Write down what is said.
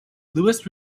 louis